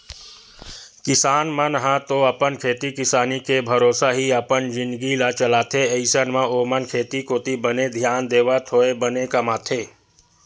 किसान मन ह तो अपन खेती किसानी के भरोसा ही अपन जिनगी ल चलाथे अइसन म ओमन खेती कोती बने धियान देवत होय बने कमाथे